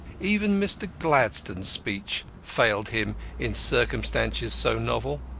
even mr. gladstone's speech failed him in circumstances so novel.